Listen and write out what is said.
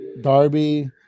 Darby